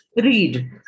read